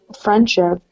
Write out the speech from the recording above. friendship